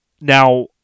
Now